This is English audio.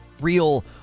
real